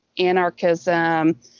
anarchism